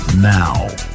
now